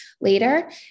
later